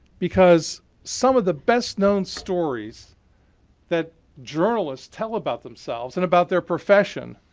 because some of the best known stories that journalists tell about themselves and about their profession